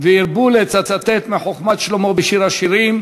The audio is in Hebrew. והרבו לצטט מחוכמת שלמה בשיר השירים,